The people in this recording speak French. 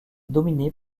dominé